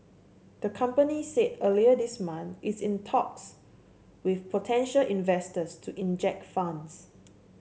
the company said earlier this month it's in talks with potential investors to inject funds